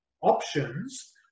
options